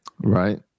Right